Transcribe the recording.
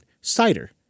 Cider